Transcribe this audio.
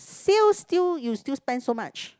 sales still you still spend so much